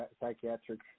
Psychiatric